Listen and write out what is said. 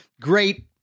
great